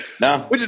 no